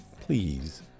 please